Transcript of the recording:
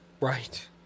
Right